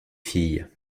fille